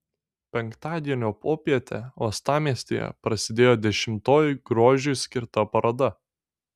penktadienio popietę uostamiestyje prasidėjo dešimtoji grožiui skirta paroda